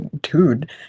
Dude